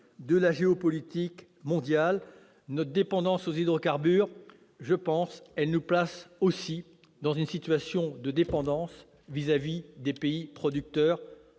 de la géopolitique mondiale. Notre dépendance aux hydrocarbures nous place aussi dans une situation de dépendance vis-à-vis des pays producteurs.